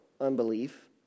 unbelief